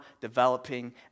developing